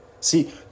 See